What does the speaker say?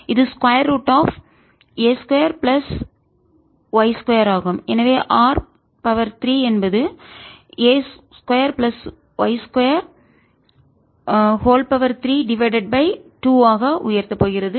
இது square root of a2 plus y2 ஆகும் எனவே r3 என்பது a2 பிளஸ் y232 ஆக உயர்த்தப் போகிறது